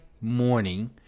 morning